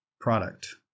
product